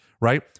right